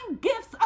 gifts